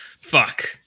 fuck